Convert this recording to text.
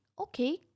Okay